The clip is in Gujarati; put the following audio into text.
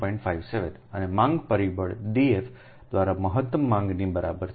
57અને માંગ પરિબળ DF દ્વારા મહત્તમ માંગની બરાબર છે